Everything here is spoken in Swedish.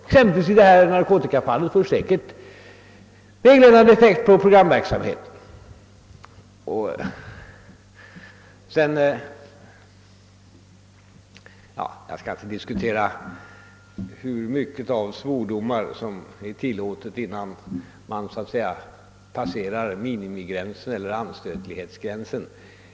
Exempelvis anmälan om narkotikainslaget i sändningen »Timmen» får säkert en sådan vägledande effekt på den kommande programverksamheten. Jag skall inte diskutera hur mycket av svordomar som tillåts innan man så att säga passerar anständighetsgränsen.